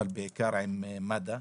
אבל בעיקר עם מד"א.